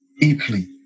deeply